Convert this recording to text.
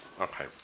okay